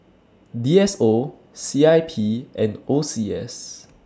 D S O C I P and O C S